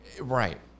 right